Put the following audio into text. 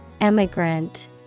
Emigrant